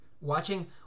watching